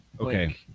Okay